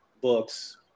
books